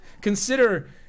consider